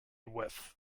with